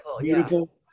beautiful